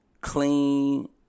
clean